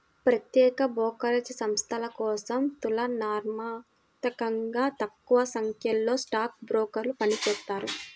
ప్రత్యేక బ్రోకరేజ్ సంస్థల కోసం తులనాత్మకంగా తక్కువసంఖ్యలో స్టాక్ బ్రోకర్లు పనిచేత్తారు